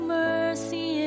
mercy